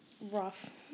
rough